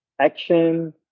action